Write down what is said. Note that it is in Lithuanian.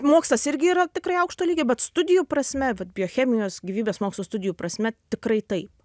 mokslas irgi yra tikrai aukšto lygio bet studijų prasme vat biochemijos gyvybės mokslų studijų prasme tikrai taip